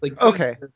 okay